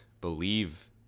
believe